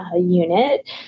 unit